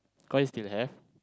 Koi still have